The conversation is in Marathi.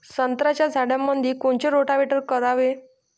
संत्र्याच्या झाडामंदी कोनचे रोटावेटर करावे?